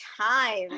time